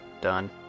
Done